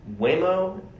Waymo